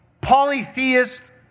polytheist